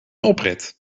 oprit